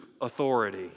authority